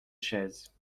chaise